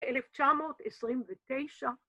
‫1929.